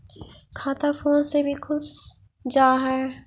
खाता फोन से भी खुल जाहै?